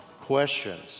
questions